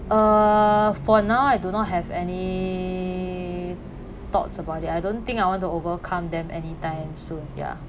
uh for now I do not have any thoughts about it I don't think I want to overcome them anytime soon ya